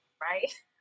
right